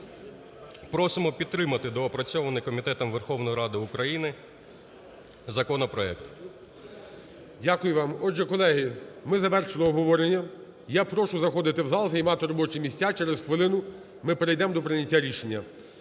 просимо підтримати доопрацьований комітетом Верховної Ради України законопроект. ГОЛОВУЮЧИЙ. Дякую вам. Отже, колеги, ми завершили обговорення. Я прошу заходити в зал, займати робочі місця, через хвилину ми перейдемо до прийняття рішення.